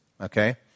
okay